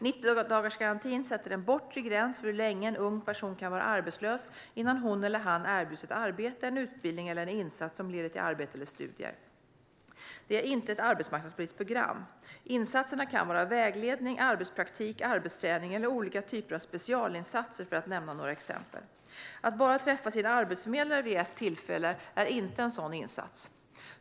90-dagarsgarantin sätter en bortre gräns för hur länge en ung person kan vara arbetslös innan hon eller han erbjuds ett arbete, en utbildning eller en insats som leder till arbete eller studier. Det är inte ett arbetsmarknadspolitiskt program. Insatserna kan vara vägledning, arbetspraktik, arbetsträning eller olika typer av specialinsatser, för att nämna några exempel. Att bara träffa sin arbetsförmedlare vid ett tillfälle är inte en sådan insats.